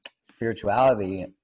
spirituality